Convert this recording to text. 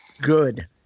good